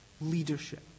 leadership